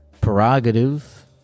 prerogative